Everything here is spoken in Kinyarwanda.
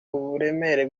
uburemere